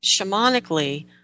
shamanically